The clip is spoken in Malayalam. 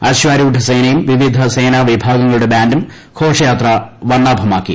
അശ്വരൂഡ സേനയും വിവിധ സേനാവിഭാഗങ്ങളുടെ ബാന്റും ഘോഷയാത്ര വർണാഭമാക്കി